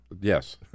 Yes